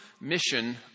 Mission